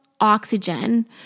oxygen